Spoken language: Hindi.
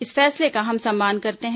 इस फैसले का हम सम्मान करते हैं